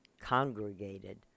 congregated